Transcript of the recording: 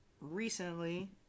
recently